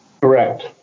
Correct